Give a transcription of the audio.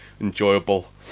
enjoyable